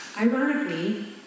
ironically